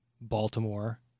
Baltimore